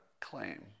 claim